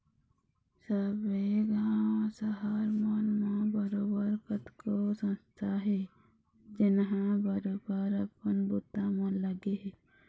सब्बे गाँव, सहर मन म बरोबर कतको संस्था हे जेनहा बरोबर अपन बूता म लगे हे